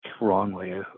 wrongly